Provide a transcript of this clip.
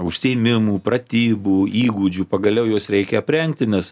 užsiėmimų pratybų įgūdžių pagaliau juos reikia aprengti nes